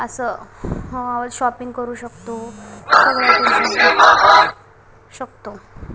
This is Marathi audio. असं शॉपिंग करू शकतो शकतो